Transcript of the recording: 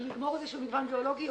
לגמור איזשהו מגוון ביולוגי,